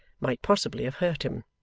might possibly have hurt him.